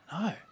No